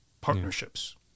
partnerships